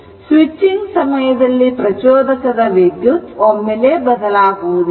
switching ಸಮಯದಲ್ಲಿ ಪ್ರಚೋದಕದ ವಿದ್ಯುತ್ ಒಮ್ಮೆಲೆ ಬದಲಾಗುವುದಿಲ್ಲ